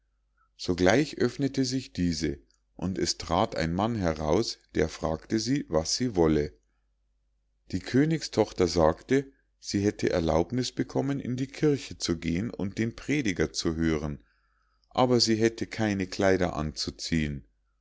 sogleich öffnete sich diese und es trat ein mann heraus der fragte sie was sie wolle die königstochter sagte sie hätte erlaubniß bekommen in die kirche zu gehen und den prediger zu hören aber sie hätte keine kleider anzuziehen